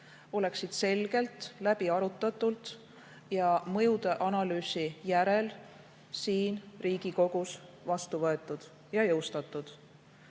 oleksid selgelt läbi arutatud ning mõjude analüüsi järel siin Riigikogus vastu võetud ja jõustatud.